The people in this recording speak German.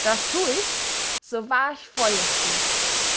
das tu ich so wahr ich vor dir steh